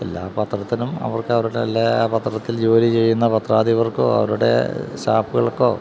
എല്ലാ പത്രത്തിനും അവർക്ക് അവരുടെ അല്ലെങ്കില് ആ പത്രത്തിൽ ജോലി ചെയ്യുന്ന പത്രാധിപർക്കോ അവരുടെ സ്റ്റാഫുകൾക്കോ